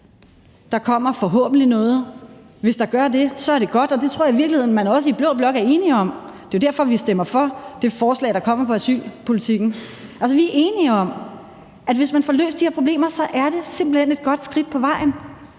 Der kommer forhåbentlig noget, og hvis der gør det, så er det godt. Og det tror jeg i virkeligheden også at man i blå blok er enige om. Det er jo derfor, vi stemmer for det forslag, der kommer for asylpolitikken. Altså, vi er enige om, at hvis man får løst de her problemer, så er det simpelt hen et godt skridt på vejen.